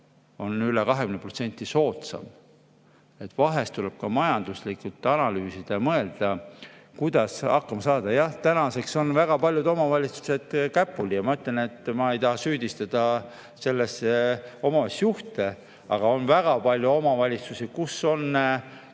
on üle 20% [kallim]. Vahest tuleb ka majanduslikult analüüsida ja mõelda, kuidas hakkama saada. Jah, tänaseks on väga paljud omavalitsused käpuli ja ma ütlen, et ma ei taha süüdistada selles omavalitsuste juhte, aga on väga palju omavalitsusi, kus on tehtud